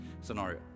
scenario